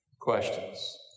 Questions